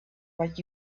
what